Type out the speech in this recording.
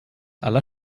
aller